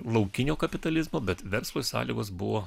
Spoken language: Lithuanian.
laukinio kapitalizmo bet verslui sąlygos buvo